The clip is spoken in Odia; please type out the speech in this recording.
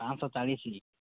ପାଞ୍ଚ ଶହ ଚାଳିଶି